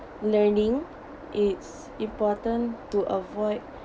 learning it's important to avoid